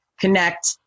connect